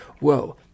whoa